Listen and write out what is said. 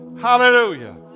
Hallelujah